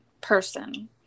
person